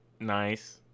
Nice